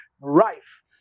rife